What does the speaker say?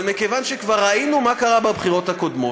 אבל מכיוון שכבר ראינו מה קרה בבחירות הקודמות,